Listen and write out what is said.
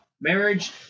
marriage